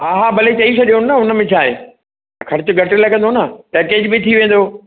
हा हा भले चई छॾियो न हुनमें छा आहे ख़र्चु घटि लॻंदो न पैकेज बि थी वेंदो